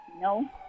no